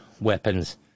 weapons